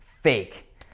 fake